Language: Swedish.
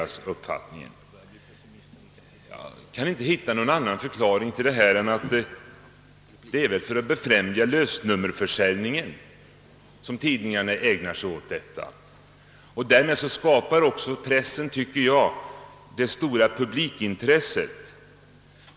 Jag kan inte hitta någon annan förklaring till det än att tidningarna vill främja lösnummerförsäljningen. Därmed skapar också pressen det stora publikintresset för boxningen.